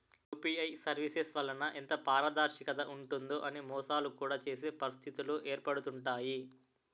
UPI services వలన ఎంత పారదర్శకత ఉంటుందో అని మోసాలు కూడా చేసే పరిస్థితిలు ఏర్పడుతుంటాయి